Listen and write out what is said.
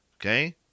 okay